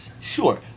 Sure